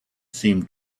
seemed